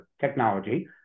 technology